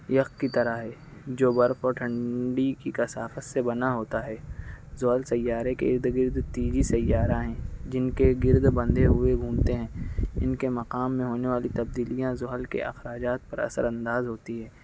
یخ کی طرح ہے جو برف کی ٹھنڈی کی کشاکش سے بنا ہوتا ہے زحل سیارہ کے ارد گرد تیزی سیارہ ہیں جن کی گرد بندھے ہوئے گھومتے ہیں ان کے مقام میں ہونے والی تبدیلیاں زحل کے اخراجات پر اثر انداز ہوتی ہیں